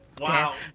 Wow